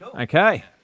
Okay